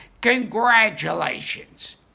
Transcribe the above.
Congratulations